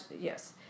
Yes